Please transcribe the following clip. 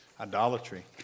idolatry